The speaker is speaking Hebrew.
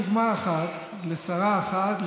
אז יש לך דוגמה אחת לשרה אחת,